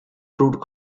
proved